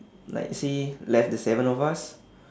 like see left the seven of us